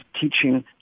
teaching